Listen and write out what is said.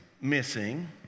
missing